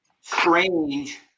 strange